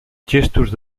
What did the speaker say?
gestos